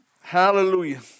Hallelujah